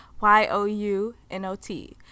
Y-O-U-N-O-T